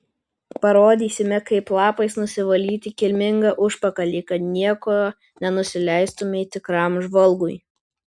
parodysime kaip lapais nusivalyti kilmingą užpakalį kad niekuo nenusileistumei tikram žvalgui